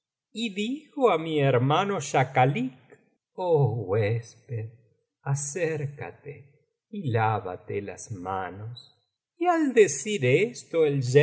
y dijo á mi hermano schakalik oh huésped acércate y lávate las manos y al decir esto el